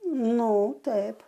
nu taip